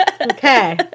Okay